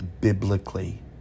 biblically